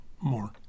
More